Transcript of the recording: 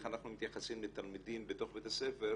איך אנחנו מתייחסים לתלמידים בתוך בית הספר,